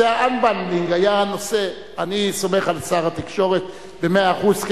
אני סומך על שר התקשורת במאה אחוז,